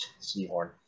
Seahorn